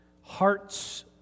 hearts